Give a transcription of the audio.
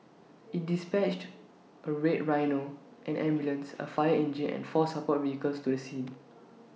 IT dispatched A red rhino an ambulance A fire engine and four support vehicles to the scene